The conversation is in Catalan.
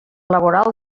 laboral